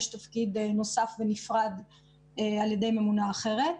יש תפקיד נוסף ונפרד בו יש ממונה אחרת.